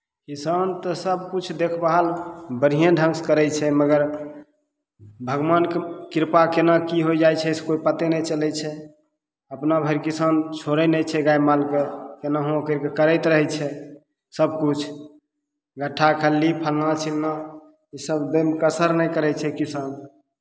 किसान तऽ सबकिछु देखभाल बढ़िएँ ढङ्गसे करै छै मगर भगवानके किरपा कोना कि होइ जाइ छै से कोइ पते नहि चलै छै अपना भरि किसान छोड़ै नहि छै गाइ मालके कोनाहिओ करिके करैत रहै छै सबकिछु घट्ठा खल्ली फल्लाँ चिल्लाँ ईसब दैमे कसरि नहि करै छै किसान